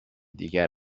دیگر